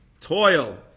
toil